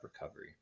recovery